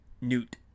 newt